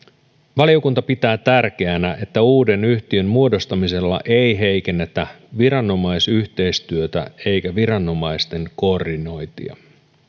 valiokunta pitää tärkeänä että uuden yhtiön muodostamisella ei heikennetä viranomaisyhteistyötä eikä viranomaisten koordinointia